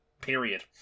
Period